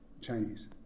Chinese